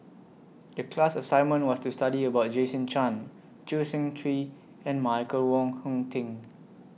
The class assignment was to study about Jason Chan Choo Seng Quee and Michael Wong Hong Teng